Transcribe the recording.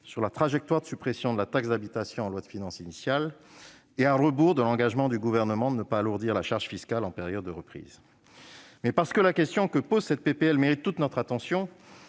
sur la trajectoire de suppression de la taxe d'habitation en loi de finances initiale, et à rebours de l'engagement du Gouvernement de ne pas alourdir la charge fiscale en période de reprise. Cela dit, parce que la question que pose cette proposition de loi mérite toute notre attention,